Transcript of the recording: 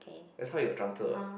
that's how he got